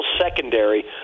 secondary